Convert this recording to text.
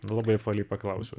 labai apvaliai paklausiau